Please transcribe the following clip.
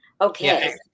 okay